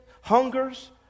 hungers